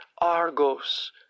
Argos